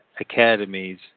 academies